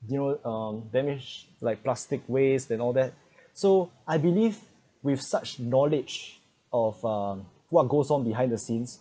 you know um damage like plastic waste and all that so I believe with such knowledge of um what goes on behind the scenes